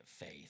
faith